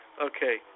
Okay